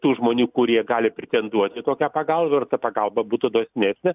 tų žmonių kurie gali pretenduoti į tokią pagalbą ir ta pagalba būtų dosnesnė